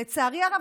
לצערי הרב,